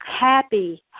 happy